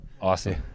awesome